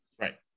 Right